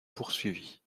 poursuivis